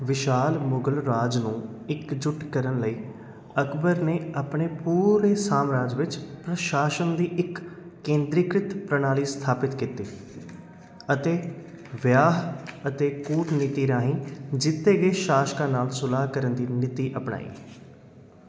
ਵਿਸ਼ਾਲ ਮੁਗਲ ਰਾਜ ਨੂੰ ਇਕਜੁੱਟ ਕਰਨ ਲਈ ਅਕਬਰ ਨੇ ਆਪਣੇ ਪੂਰੇ ਸਾਮਰਾਜ ਵਿੱਚ ਪ੍ਰਸ਼ਾਸਨ ਦੀ ਇੱਕ ਕੇਂਦਰੀਕ੍ਰਿਤ ਪ੍ਰਣਾਲੀ ਸਥਾਪਤ ਕੀਤੀ ਅਤੇ ਵਿਆਹ ਅਤੇ ਕੂਟਨੀਤੀ ਰਾਹੀਂ ਜਿੱਤੇ ਗਏ ਸ਼ਾਸਕਾਂ ਨਾਲ ਸੁਲ੍ਹਾਹ ਕਰਨ ਦੀ ਨੀਤੀ ਅਪਣਾਈ